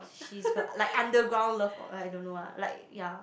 she's the like underground love or I don't know ah like ya